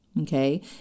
Okay